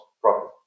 profit